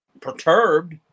perturbed